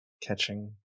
Catching